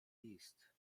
list